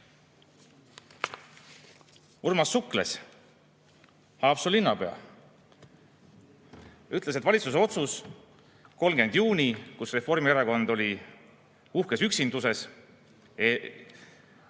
Urmas Sukles, Haapsalu linnapea, ütles, et valitsuse otsus 30. juunil – kui Reformierakond oli uhkes üksinduses